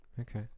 Okay